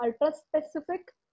ultra-specific